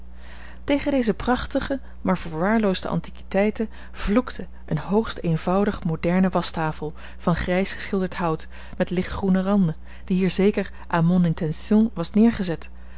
tegen deze prachtige maar verwaarloosde antiquiteiten vloekte een hoogst eenvoudige moderne waschtafel van grijs geschilderd hout met lichtgroene randen die hier zeker à mon intention was neergezet